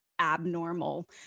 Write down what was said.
abnormal